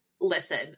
Listen